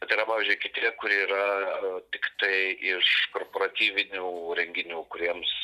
bet yra pavyzdžiui kiti kurie yra tiktai iš korporatyvinių renginių kuriems